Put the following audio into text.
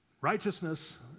righteousness